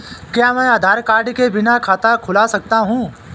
क्या मैं आधार कार्ड के बिना खाता खुला सकता हूं?